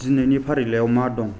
दिनैनि फारिलाइआव मा दं